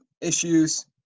issues